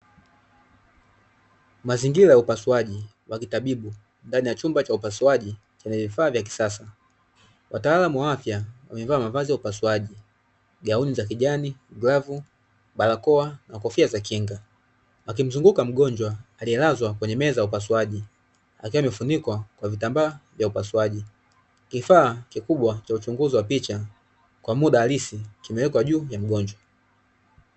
Mazingira ya upasuaji wa kitabibu ndani ya chumba cha upasuaji chenye vifaa vya kisasa, wataalmu wa afya wamevaa mavazi ya upasuaji gauni za kijani, glavu, barakoa na kofia za kinga. Wakimzunguka mgonjwa aliyelazwa kwenye meza ya upasuaji akiwa amefunikwa kwa vitamba vya upasuaji, kifaa kikubwa cha uchunguzi wa picha kwa muda halisi kimewekwa juu ya mgonjwa.